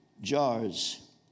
jars